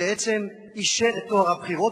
ובעצם אישר את טוהר הבחירות.